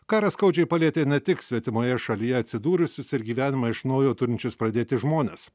karas skaudžiai palietė ne tik svetimoje šalyje atsidūrusius ir gyvenimą iš naujo turinčius pradėti žmones